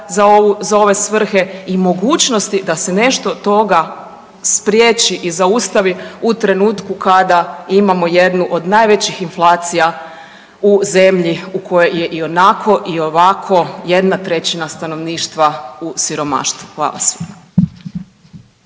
za ove svrhe i mogućnosti da se nešto od toga spriječi i zaustavi u trenutku kada imamo jednu od najvećih inflacija u zemlji u kojoj je i onako i ovako 1/3 stanovništva u siromaštvu. Hvala svima.